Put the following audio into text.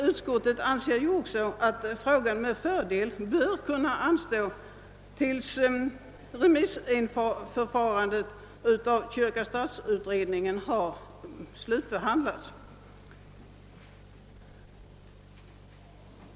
Utskottet anser också att behandlingen av frågan med fördel bör kunna anstå till dess att remissvaren till kyrka—stat-utredningen inkommit.